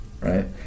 right